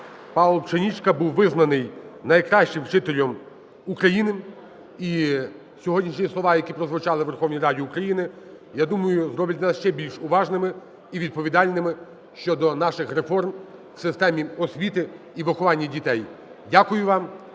ПаульПшенічка був визнаний найкращим вчителем України. І сьогоднішні слова, які прозвучали у Верховній Раді України, я думаю, зроблять нас ще більш уважними і відповідальними щодо наших реформ в системі освіти і виховання дітей. Дякую вам,